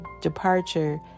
departure